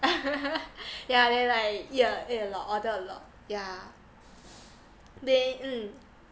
yeah then like eat a eat a lot order a lot yeah they mm